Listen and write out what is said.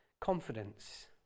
confidence